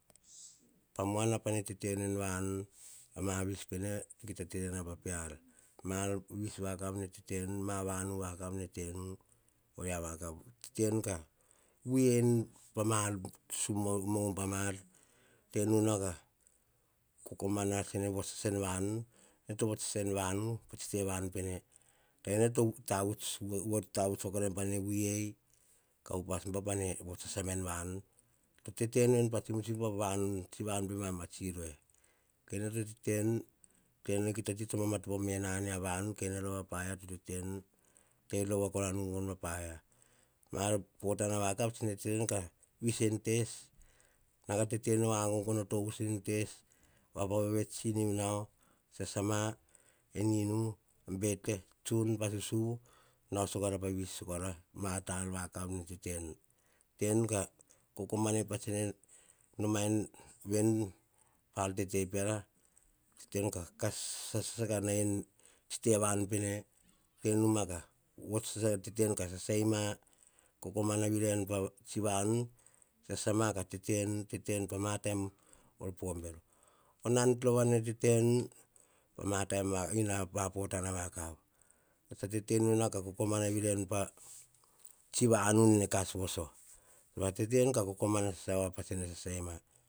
Pa muana nene tete nu en vanu. ma vis pene to kita tena pa pe ar. Vis vakav nene tetenu. Va vanu vakav ne tenu, oria vakavu. Tete nu ka vui pa ma sum, ubam ar, tete nu nao, ka kokomana tsene vuts sasa en vanu, pa tsi te vanu pene. Kene to tavuts voa korai panene vuei, ka upas bau. pa nene vuts sasa ma en vanu. Tete na en pasibotsibo pa tsi vanu pemam va tsiroe. Kene to tete nu, kita ti to vamatopo mena ne pa vanu, kene rova va paia to tete nu, te rova nu va paia. Ma potana vakav tsene tete nu ka vis en tes. Nao ka tetenu vagagono tovus en tes, vavevets tsinivi nao, sasama en inu bete, tsun va susuvu, nao sakora pa vis. Ma ta ar vakav nene tetenu. Tetenu ka kokomanai tsene noma veni pa ar tete peara. Tenu ka kas sasa ka nai pa tsi te vanu pene, noma ka tete nu ka tete nu ka sasai ma. Kokomana virainu pa vanu, sasama ka tete, tetenu pa ma taim voro po bero. Nan rova nene tenu, pa ma potana vakav. Tsa tete nu nao ka. Kokoma virai nu nao pa tsi vanu nene kas voso. Tete nu ka kokomana, voa tsene sasai ma.